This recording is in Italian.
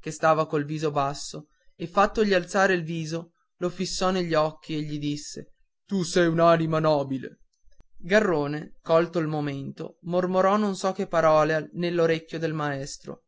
che stava col viso basso e fattogli alzare il viso lo fissò negli occhi e gli disse tu sei un'anima nobile garrone colto il momento mormorò non so che parole nell'orecchio al maestro